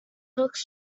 fox